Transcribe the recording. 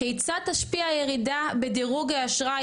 כיצד תשפיע הירידה בדירוג האשראי?